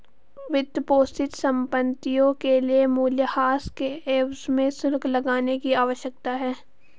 वित्तपोषित संपत्तियों के लिए मूल्यह्रास के एवज में शुल्क लगाने की आवश्यकता है